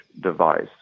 device